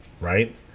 right